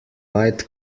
light